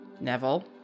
Neville